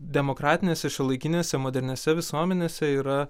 demokratinėse šiuolaikinėse moderniose visuomenėse yra